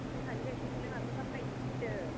जोंहानि गाइखेरखोलाय माथो बाखनायसोयोसो